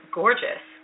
gorgeous